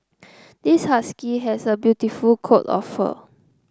this husky has a beautiful coat of fur